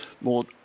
more